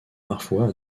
parfois